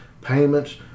payments